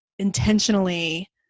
intentionally